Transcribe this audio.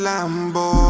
Lambo